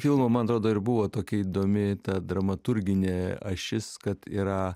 filmo man atrodo ir buvo tokia įdomi ta dramaturginė ašis kad yra